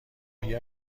بیا